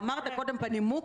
תדאגו ללכת גם ללשכה בתל-אביב,